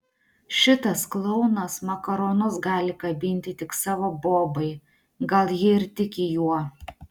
šitas klounas makaronus gali kabinti tik savo bobai gal ji ir tiki juo